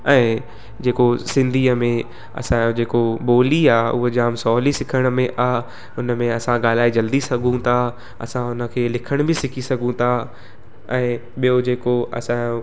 ऐं जेको सिंधीअ में असांजो जेको ॿोली आहे उहा जामु सवली सिखण में आहे हुन में असां ॻाल्हाए जल्दी सघूं था असां हुन खे लिखणु बि सिखी सघूं था ऐं ॿियो जेको असांजो